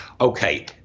okay